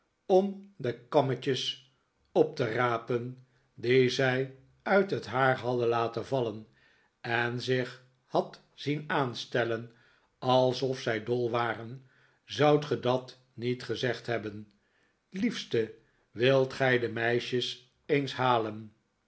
om de kammetjes op te rapen die zij uit het haar hadden laten vallen en zich had zien aanstellen alsof zij dol waren zoudt ge dat niet gezegd hebben liefste wilt gij de meisjes eens halen